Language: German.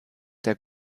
der